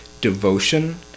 devotion